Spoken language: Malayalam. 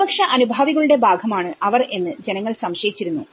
പ്രതിപക്ഷ അനുഭാവികളുടെ ഭാഗമാണ് ഇവർ എന്ന് ജനങ്ങൾ സംശയിച്ചിരുന്നു